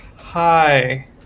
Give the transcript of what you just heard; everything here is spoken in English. Hi